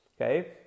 okay